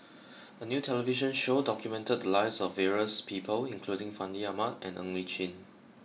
a new television show documented the lives of various people including Fandi Ahmad and Ng Li Chin